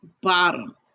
bottom